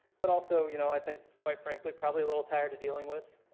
but also, you know, i think quite frankly probably a little tired of dealing with